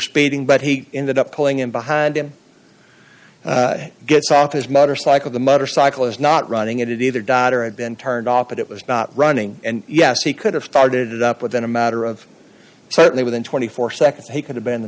speeding but he ended up pulling in behind him gets off his motorcycle the motorcycle is not running it either died or had been turned off but it was not running and yes he could have started it up within a matter of certainly within twenty four seconds he could